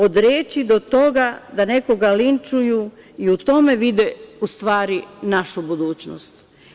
Od reči do toga da nekoga linčuju i u tome vide u stvari našu budućnost.